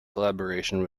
collaboration